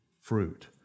fruit